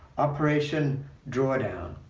operation drawdown,